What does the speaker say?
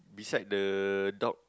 beside the dog